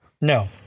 No